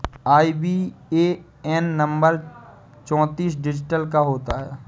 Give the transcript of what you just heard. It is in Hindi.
आई.बी.ए.एन नंबर चौतीस डिजिट का होता है